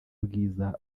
bwiza